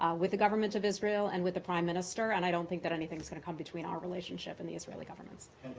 ah with the government of israel, and with the prime minister. and i don't think that anything is going to come between our relationship and the israeli government's.